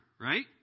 right